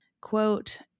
quote